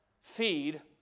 feed